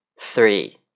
three